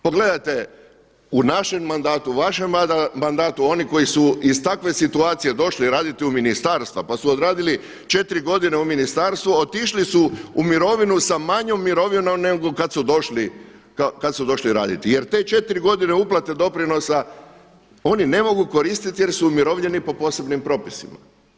Pogledajte u našem mandatu, u vašem mandatu oni koji su iz takve situacije došli raditi u ministarstva pa su odradili 4 godine u ministarstvu, otišli su u mirovinu s manjom mirovinom nego kad su došli raditi, jer te 4 godine uplate doprinosa oni ne mogu koristiti jer su umirovljeni po posebnim propisima.